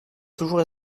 toujours